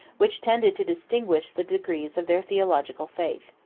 which tended to distinguish the degrees of their theological faith.